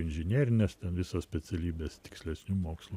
inžinerinės visos specialybės tikslesnių mokslų